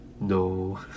no